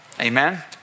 Amen